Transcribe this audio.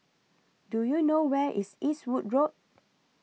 Do YOU know Where IS Eastwood Road